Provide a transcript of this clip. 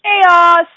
Chaos